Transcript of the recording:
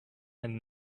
and